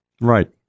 Right